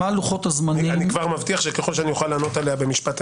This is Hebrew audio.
מה לוחות-הזמנים --- אני כבר מבטיח שככל שאני אוכל לענות עליה במשפט,